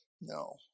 No